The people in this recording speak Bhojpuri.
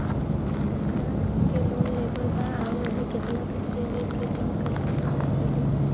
हमरा घर के लोन लेवल बा आउर अभी केतना किश्त देवे के बा कैसे पता चली?